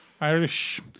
Irish